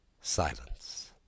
Silence